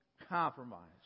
compromise